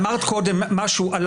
אמרת קודם משהו על